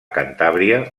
cantàbria